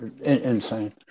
Insane